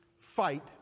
fight